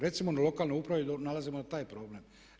Recimo na lokalnoj upravi nalazimo na taj problem.